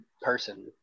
person